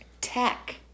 Tech